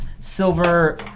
Silver